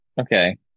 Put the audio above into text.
Okay